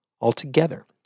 altogether